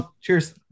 Cheers